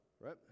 Right